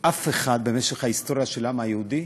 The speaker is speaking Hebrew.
אף אחד במשך ההיסטוריה של העם היהודי